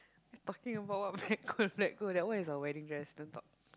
talking about what black gold black gold that one is our wedding dress don't talk